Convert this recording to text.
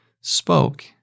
spoke